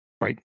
Right